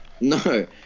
No